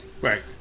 right